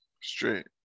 Straight